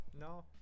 no